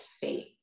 faith